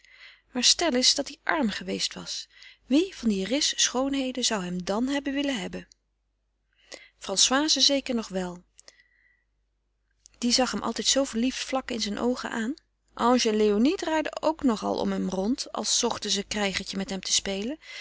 maar stel eens dat hij arm geweest was wie van die ris schoonheden zou hem dan hebben willen hebben françoise zeker nog wel die zag hem altijd zoo verliefd vlak in zijn oogen aan ange en léonie draaiden ook nog al om hem rond als zochten ze krijgertje met hem te spelen